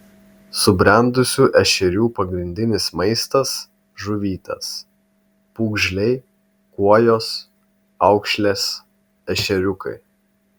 subrendusių ešerių pagrindinis maistas žuvytės pūgžliai kuojos aukšlės ešeriukai